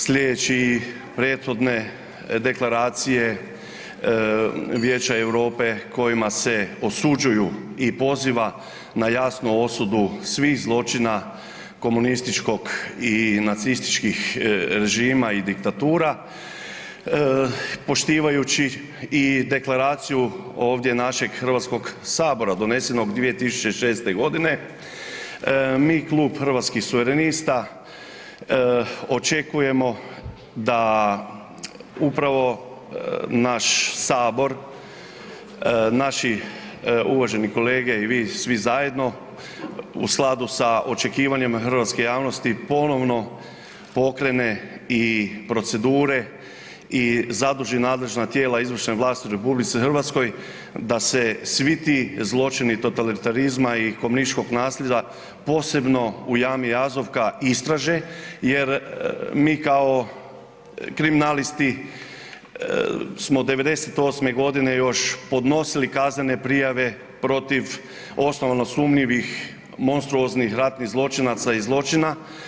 Slijedeći prethodne deklaracije Vijeća Europe kojima se osuđuju i poziva na jasnu osudu svih zločina komunističkog i nacističkih režima i diktatura- Poštivajući i deklaraciju ovdje našeg Hrvatskog sabora donesenog 2006. godine, mi klub Hrvatskih suverenista očekujemo da upravo naš Sabor, naši uvaženi kolege i svi zajedno u skladu sa očekivanjem hrvatske javnosti ponovno pokrene i procedure i zaduži nadležna tijela izvršne vlasti u RH da se svi ti zločini totalitarizma i komunističkog nasilja posebno u jami „Jazovka“ istraže jer mi kao kriminalisti smo '98. godine podnosili kaznene prijave protiv osnovano sumnjivih monstruoznih ratnih zločinaca i zločina.